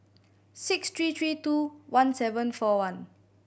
six three three two one seven four one